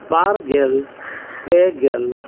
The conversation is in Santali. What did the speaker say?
ᱵᱟᱨ ᱜᱮᱞ ᱯᱮ ᱜᱮᱞ